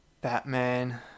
Batman